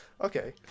okay